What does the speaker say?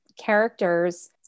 characters